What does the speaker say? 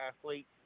athlete